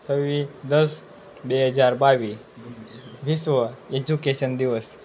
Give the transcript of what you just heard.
છવ્વીસ દસ બે હજાર બાવીસ વિશ્વ એજ્યુકેશન દિવસ